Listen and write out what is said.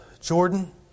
Jordan